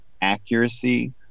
accuracy